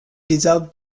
dissolve